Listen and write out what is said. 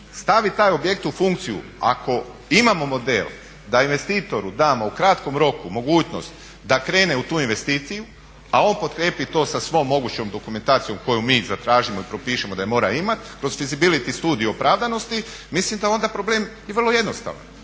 Stavi taj objekt u funkciju, ako imamo model da investitoru damo u kratkom roku mogućnost da krene u tu investiciju a on potkrijepi to sa svom mogućom dokumentacijom koju mi zatražimo i propišemo da ju mora imati, kroz fizibiliti studiju opravdanosti, mislim da onda problem je vrlo jednostavan.